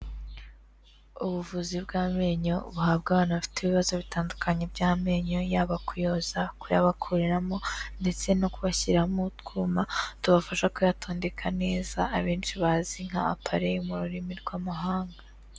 Ubuvuzi bw'amenyo buhabwa abantu bafite ibibazo bitandukanye by'amenyo, yaba kuyoza kuyabakoreramo ndetse no kubashyiramo utwuma tubafasha kuyatondeka neza, abenshi bazi nk'apareye mu rurimi rw'amahanga.